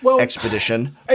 expedition